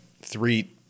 Three